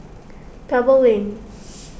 Pebble Lane